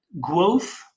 growth